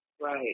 Right